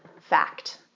fact